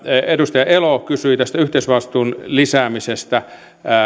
edustaja elo kysyi tästä yhteisvastuun lisäämisestä